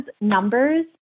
numbers